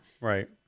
Right